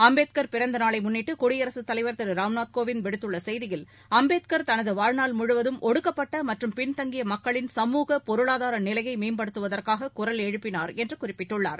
அம்பேத்கார் பிறந்த நாளை முன்னிட்டு குடியரசுத் தலைவர் திரு ராம்நாத் கோவிந்த் விடுத்துள்ள செய்தியில் அம்பேத்கர் தனது வாழ்நாள் முழுவதும் ஒடுக்கப்பட்ட மற்றும் பின்தங்கிய மக்களின் சமூக பொருளாதார நிலையை மேம்படுத்துவதற்காக குரல் எழுப்பினார் என்று குறிப்பிட்டுள்ளார்